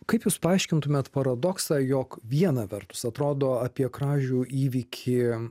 kaip jūs paaiškintumėt paradoksą jog viena vertus atrodo apie kražių įvykį